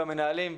במנהלים,